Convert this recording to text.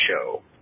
show